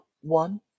one